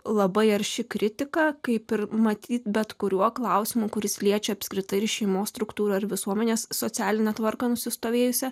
labai arši kritika kaip ir matyt bet kuriuo klausimu kuris liečia apskritai šeimos struktūrą ir visuomenės socialinę tvarką nusistovėjusią